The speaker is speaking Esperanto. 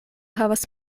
havas